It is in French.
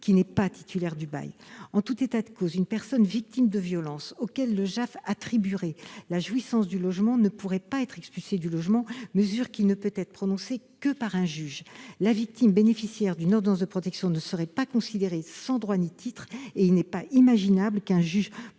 qui n'est pas titulaire du bail. En tout état de cause, une personne victime de violences à laquelle le JAF attribuerait la jouissance du logement ne pourrait pas être expulsée du logement, cette mesure ne pouvant être prononcée que par un juge. La victime bénéficiaire d'une ordonnance de protection ne serait pas considérée sans droit ni titre, et il n'est pas imaginable qu'un